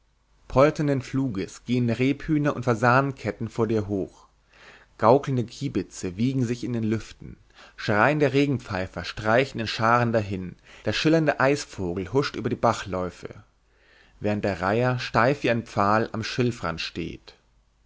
polternden fluges gehen rebhühner und fasanenketten vor dir hoch gaukelnde kiebitze wiegen sich in den lüften schreiende regenpfeifer streichen in scharen dahin der schillernde eisvogel huscht über die bachläufe während der reiher steif wie ein pfahl am schilfrand steht